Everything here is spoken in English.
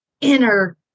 inner